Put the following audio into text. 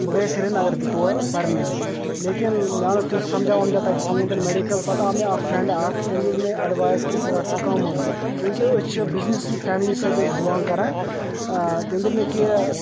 بہٕ گٔیس سرینگر تہِ تور پَرنہِ حظ لیکن مےٚ آو نہٕ تیُٚتھ سمجھا وَمجھا تَتہِ کِہیٖنۍ تہِ نہٕ مٮ۪ڈِکل پَتہٕ آو مےٚ فرٛیٚنٛڈ اَکھ تٔمۍ دِژ مےٚ اٮ۪ڈوایس کہ ژٕ رَٹ سا کامٲرٕس چوٗنٛکہ أسۍ چھِ بِزنٮ۪سٕے فیملی سۭتۍ حظ بِلانٛگ کَران تٔمۍ دوٚپ مےٚ کہ